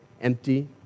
empty